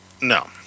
No